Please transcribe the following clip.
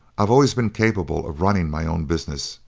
i've always been capable of running my own business,